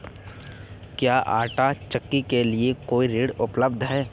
क्या आंटा चक्की के लिए कोई ऋण उपलब्ध है?